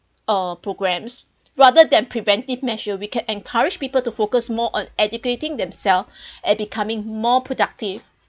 uh programmes rather than preventive measure we can encourage people to focus more on educating themselves and becoming more productive